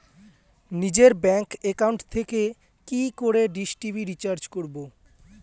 নিজের bank account থেকে কি করে ডিশ টি.ভি রিচার্জ করবো?